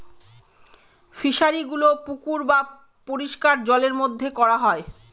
ফিশারিগুলো পুকুর বা পরিষ্কার জলের মধ্যে করা হয়